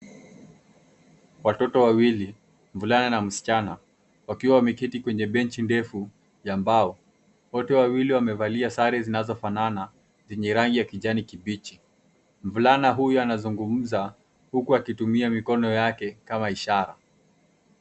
Watoto wawili, mvulana na msichana, wakiwa wameketi kwenye benchi ndefu, ya mbao. Wote wawili wamevalia sare zinazo fanana, zenye rangi ya kijani kibichi. Mvulana huyu anazungumza, huku akitumia mikono yake, kama ishara.